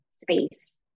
space